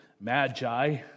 magi